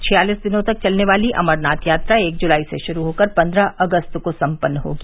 छियालिस दिनों तक चलने वाली अमरनाथ यात्रा एक जुलाई से शुरू होकर पन्द्रह अगस्त को सम्पन्न होगी